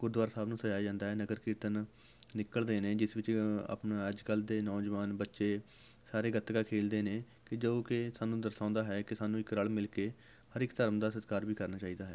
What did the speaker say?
ਗੁਰਦੁਆਰਾ ਸਾਹਿਬ ਨੂੰ ਸਜਾਇਆ ਜਾਂਦਾ ਹੈ ਨਗਰ ਕੀਰਤਨ ਨਿਕਲਦੇ ਨੇ ਜਿਸ ਵਿੱਚ ਆਪਣਾ ਅੱਜ ਕੱਲ੍ਹ ਦੇ ਨੌਜਵਾਨ ਬੱਚੇ ਸਾਰੇ ਗੱਤਕਾ ਖੇਲਦੇ ਨੇ ਕਿ ਜੋ ਕਿ ਸਾਨੂੰ ਦਰਸਾਉਂਦਾ ਹੈ ਕਿ ਸਾਨੂੰ ਇੱਕ ਰਲ ਮਿਲ ਕੇ ਹਰ ਇੱਕ ਧਰਮ ਦਾ ਸਤਿਕਾਰ ਵੀ ਕਰਨਾ ਚਾਹੀਦਾ ਹੈ